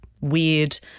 weird